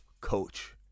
coach